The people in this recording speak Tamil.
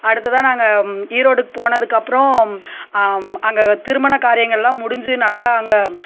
அடுத்ததாக நாங்கள் ஈரோடுக்கு போனதுக்கு அப்புறம் அங்கே திருமண காரியங்கள்லாம் முடிஞ்சு நல்லா அங்கே